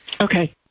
Okay